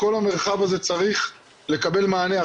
כל המרחב הזה צריך לקבל מענה,